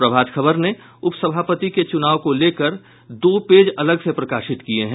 प्रभात खबर ने उपसभापति के चुनाव को लेकर दो पेज अगल से प्रकाशित किये हैं